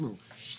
תשמעו,